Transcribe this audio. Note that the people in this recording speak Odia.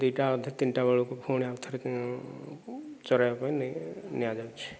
ଦୁଇଟା ଅଧେ ତିନିଟା ବେଳକୁ ପୁଣି ଆଉ ଥରେ ଚରାଇବା ପାଇଁ ନିଆଯାଉଛି